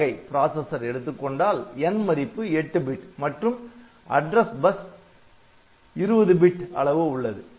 8086 வகை பிராசஸர் எடுத்துக்கொண்டால் n மதிப்பு 8 பிட் மற்றும் அட்ரஸ் பஸ் address bus முகவரி பாட்டை 20 பிட் அளவு உள்ளது